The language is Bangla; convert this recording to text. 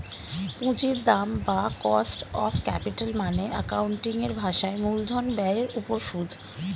পুঁজির দাম বা কস্ট অফ ক্যাপিটাল মানে অ্যাকাউন্টিং এর ভাষায় মূলধন ব্যয়ের উপর সুদ